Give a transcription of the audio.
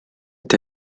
est